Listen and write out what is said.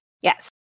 Yes